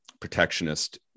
protectionist